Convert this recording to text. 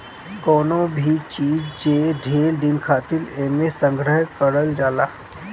कवनो भी चीज जे ढेर दिन खातिर एमे संग्रहण कइल जाला